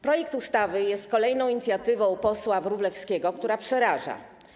Projekt ustawy jest kolejną inicjatywą posła Wróblewskiego, która przeraża.